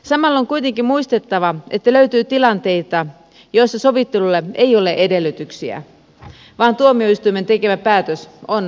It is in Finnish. samalla on kuitenkin muistettava että löytyy tilanteita joissa sovittelulle ei ole edellytyksiä vaan tuomioistuimen tekemä päätös on lapsen etu